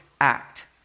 act